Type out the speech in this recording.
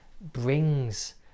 brings